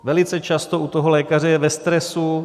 Velice často u toho lékaře je ve stresu.